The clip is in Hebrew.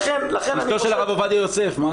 אשתו של הרב עובדיה יוסף.